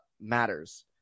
matters